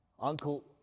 uncle